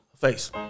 Face